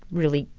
really,